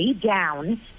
down